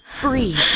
breathe